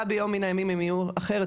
אולי ביום מן הימים הם יהיו אחרת,